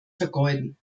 vergeuden